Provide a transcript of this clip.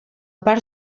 part